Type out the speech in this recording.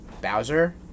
Bowser